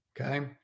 Okay